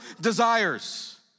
desires